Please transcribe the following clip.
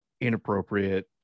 inappropriate